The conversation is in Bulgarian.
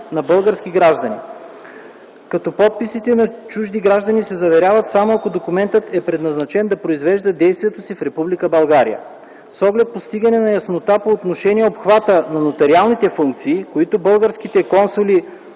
на български граждани, като подписите на чужди граждани се заверяват само ако документът е предназначен да произведе действието си в Република България. С оглед постигане на яснота по отношение обхвата от нотариалните функции, които българските консулски